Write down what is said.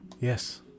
Yes